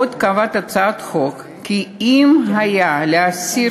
עוד קובעת הצעת החוק כי אם לא היה לאסיר